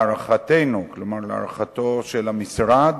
להערכת המשרד,